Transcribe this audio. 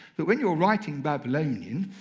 but when you're writing babylonian,